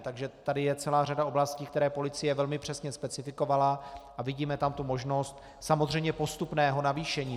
Takže tady je celá řada oblastí, které policie velmi přesně specifikovala, a vidíme tam možnost samozřejmě postupného navýšení.